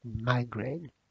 migraine